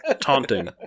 Taunting